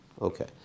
okay